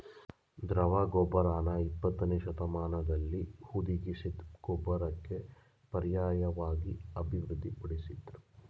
ದ್ರವ ಗೊಬ್ಬರನ ಇಪ್ಪತ್ತನೇಶತಮಾನ್ದಲ್ಲಿ ಹುದುಗಿಸಿದ್ ಗೊಬ್ಬರಕ್ಕೆ ಪರ್ಯಾಯ್ವಾಗಿ ಅಭಿವೃದ್ಧಿ ಪಡಿಸುದ್ರು